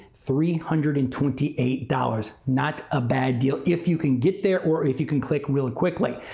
three hundred and twenty eight dollars. not a bad deal. if you can get there or if you can click really quickly.